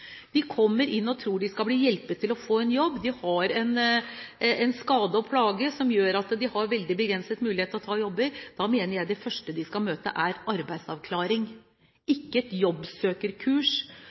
De kommer inn og tror de skal bli hjulpet til å få en jobb – de har en skade og en plage som gjør at de har veldig begrensede muligheter til å ta jobber. Da mener jeg det første de skal møte, er arbeidsavklaring